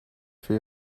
for